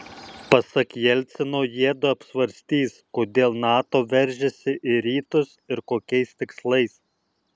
pasak jelcino jiedu apsvarstys kodėl nato veržiasi į rytus ir kokiais tikslais